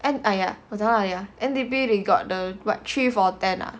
and !aiya! N_D_P they got the what three for ten ah